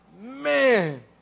Man